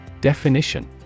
Definition